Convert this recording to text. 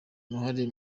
uruhare